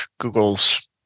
Google's